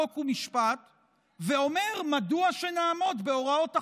חוק ומשפט ואומר: מדוע שנעמוד בהוראות החוק?